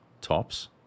tops